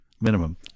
Minimum